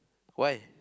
why